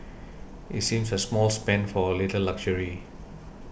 it seems a small spend for a little luxury